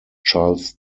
charles